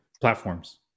platforms